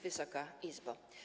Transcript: Wysoka Izbo!